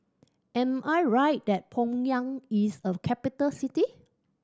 am I right that Pyongyang is a capital city